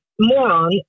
moron